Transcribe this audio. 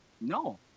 No